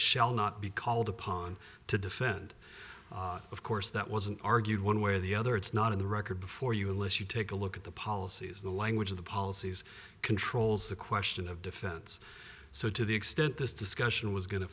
shall not be called upon to defend of course that wasn't argued one way or the other it's not in the record before you unless you take a look at the policies the language of the policies controls the question of defense so to the extent this discussion was go